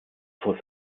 vor